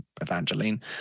Evangeline